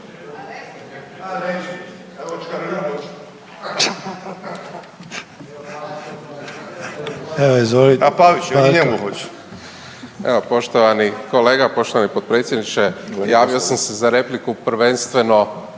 Marko (HDZ)** Evo poštovani kolega, poštovani potpredsjedniče, javio sam se za repliku prvenstveno